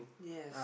yes